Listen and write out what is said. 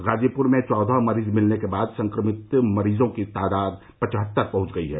गाजीपूर में चौदह मरीज मिलने के बाद संक्रमित मरीजों की तादाद पचहत्तर पहुंच गई है